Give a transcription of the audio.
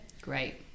Great